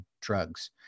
drugs